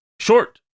Short